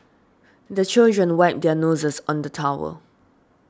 the children wipe their noses on the towel